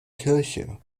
kirche